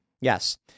yes